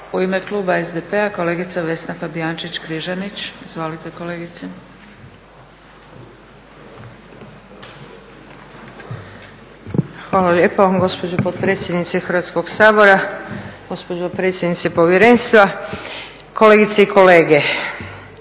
U ime kluba SDP-a, kolegica Vesna Fabijančić-Križanić. Izvolite kolegeice. **Fabijančić Križanić, Vesna (SDP)** Hvala lijepo gospođo potpredsjednice Hrvatskoga sabora, gospođo predsjednice povjerenstva, kolegice i kolege.